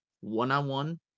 one-on-one